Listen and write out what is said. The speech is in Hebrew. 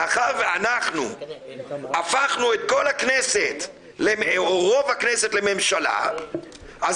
מאחר ואנחנו הפכנו את רוב הכנסת לממשלה אז